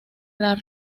dar